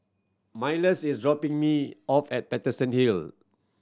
Myles is dropping me off at Paterson Hill